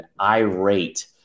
irate